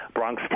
Bronx